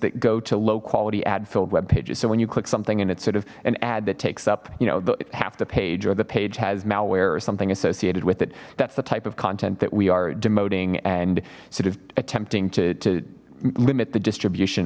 that go to low quality ad filled web pages so when you click something and it's sort of an ad that takes up you know half the page or the page has malware or something associated with it that's the type of content that we are demoting and sort of attempting to limit the distribution